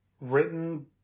written